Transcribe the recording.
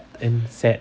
and sad